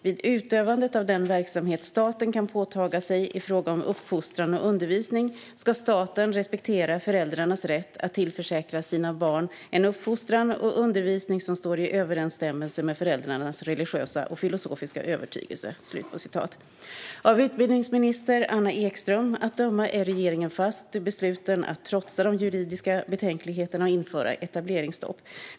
Vid utövandet av den verksamhet staten kan påtaga sig i fråga om uppfostran och undervisning skall staten respektera föräldrarnas rätt att tillförsäkra sina barn en uppfostran och undervisning som står i överensstämmelse med föräldrarnas religiösa och filosofiska övertygelse." Av utbildningsminister Anna Ekström att döma är regeringen fast besluten att trotsa de juridiska betänkligheterna och införa etableringsstopp.